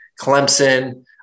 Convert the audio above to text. Clemson